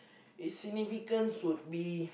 its significance would be